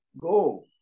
go